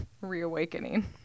reawakening